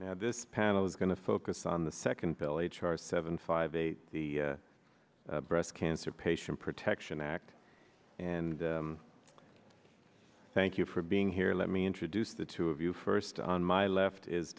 now this panel is going to focus on the second bill h r seven five eight the breast cancer patient protection act and thank you for being here let me introduce the two of you first on my left is